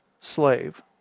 slave